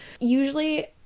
Usually